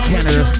Canada